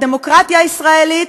בדמוקרטיה הישראלית,